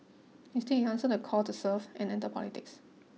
instead he answered the call to serve and entered politics